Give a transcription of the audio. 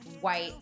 white